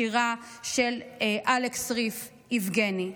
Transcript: בשירה של אלקס ריף "יבגני":